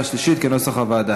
בעד,